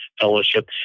fellowship